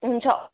हुन्छ